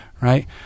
right